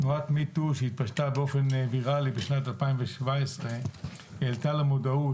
תנועת Me Too שהתפשטה באופן ויראלי בשנת 2017 העלתה למודעות,